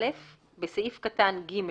(א)בסעיף קטן (ג),